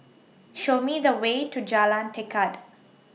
Show Me The Way to Jalan Tekad